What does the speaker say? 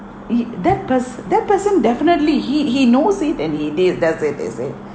it that pers~ that person definitely he he knows it and he did it that's it you see